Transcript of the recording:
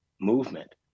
movement